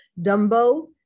Dumbo